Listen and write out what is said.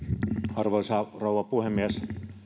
arvoisa rouva puhemies